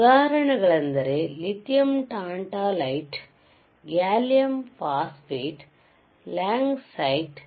ಉದಾಹರಣೆಗಳೆಂದರೆ lithium tantalite gallium phosphate langasite